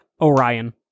Orion